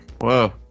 Whoa